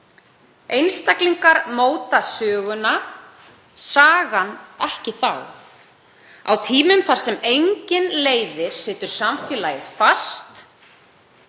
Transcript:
Einstaklingar móta söguna, sagan ekki þá. Á tímum þar sem enginn leiðir situr samfélagið fast.